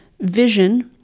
vision